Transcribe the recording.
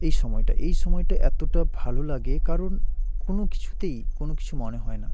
এই সময়টা এই সময়টা এতোটা ভালো লাগে কারণ কোনও কিছুতেই কোনও কিছু মনে হয় না